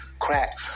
crack